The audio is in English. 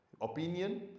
opinion